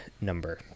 number